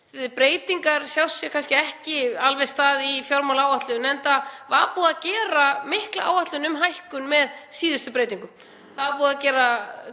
Breytinga sér kannski ekki alveg stað í fjármálaáætlun, enda var búið að gera mikla áætlun um hækkun með síðustu breytingum.